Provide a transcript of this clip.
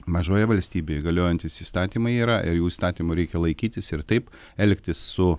mažoje valstybėje galiojantys įstatymai yra ir jų įstatymų reikia laikytis ir taip elgtis su